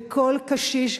בכל קשיש,